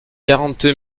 quarante